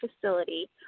facility